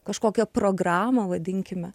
kažkokią programą vadinkime